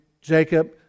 Jacob